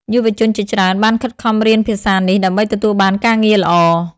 យុវជនជាច្រើនបានខិតខំរៀនភាសានេះដើម្បីទទួលបានការងារល្អ។